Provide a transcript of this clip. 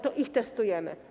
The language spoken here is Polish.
To ich testujemy.